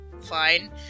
fine